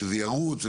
כשזה ירוץ,